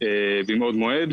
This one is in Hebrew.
מבעוד מועד.